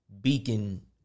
beacon